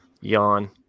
Yawn